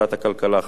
חמד עמאר ואחרים,